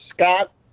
Scott